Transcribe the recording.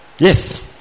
Yes